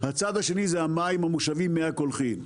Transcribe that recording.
הצד השני זה המים המושבים, מי הקולחים.